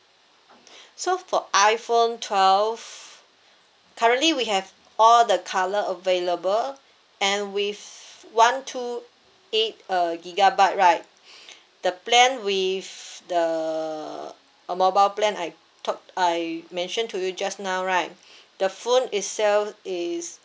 so for iphone twelve currently we have all the colour available and with one two eight uh gigabyte right the plan with the uh mobile plan I talked I mentioned to you just now right the phone itself is